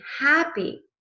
happy